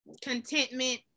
contentment